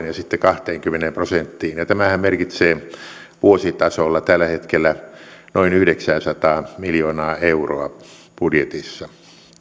ja sitten kahteenkymmeneen prosenttiin ja tämähän merkitsee vuositasolla tällä hetkellä noin yhdeksääsataa miljoonaa euroa budjetissa